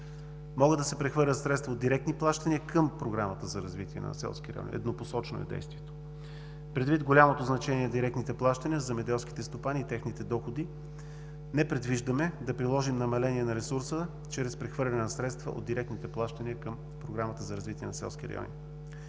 Могат да се прехвърлят средства от директни плащания към Програмата за развитие на селските райони – еднопосочно е действието. Предвид голямото значение на директните плащания, земеделските стопани и техните доходи не предвиждаме да приложим намаление на ресурса чрез прехвърляне на средства от директните плащания към Програмата за развитие на селските райони.